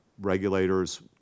Regulators